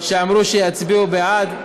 שאמרו שיצביעו בעד,